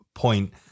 point